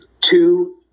two